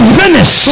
finish